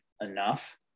enough